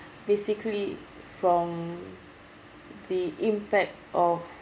basically from the impact of